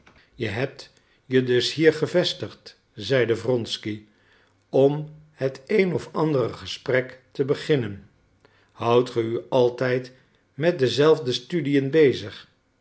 je hebt je dus hier gevestigd zeide wronsky om het een of andere gesprek te beginnen houdt ge u altijd met dezelfde studiën bezig